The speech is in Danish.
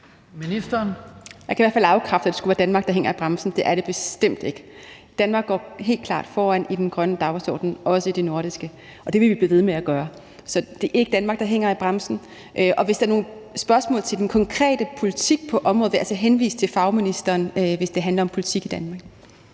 afkræfte, at det skulle være Danmark, der hænger i bremsen. Det er det bestemt ikke. Danmark går helt klart foran i den grønne dagsorden, også blandt de nordiske, og det vil vi blive ved med at gøre. Så det er ikke Danmark, der hænger i bremsen. Hvis der er nogen spørgsmål til den konkrete politik på området, vil jeg altså henvise til fagministeren, hvis det handler om politik i Danmark.